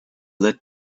led